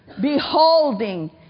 beholding